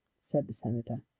said the senator.